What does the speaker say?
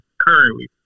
currently